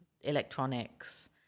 electronics